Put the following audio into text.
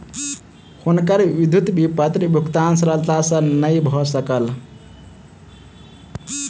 हुनकर विद्युत विपत्र भुगतान सरलता सॅ नै भ सकल